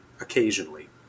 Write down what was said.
occasionally